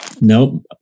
Nope